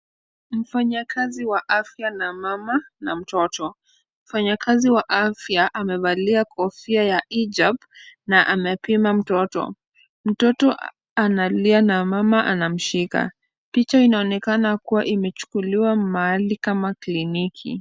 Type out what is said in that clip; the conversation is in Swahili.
Mfanyakazi wa afya na mama na mtoto. Mfanyakazi wa afya amevalia kofia ya Hijab na anapima mtoto , mtoto analia na mama anamshika , picha inaonekana kuwa imechukuliwa mahali kama kliniki.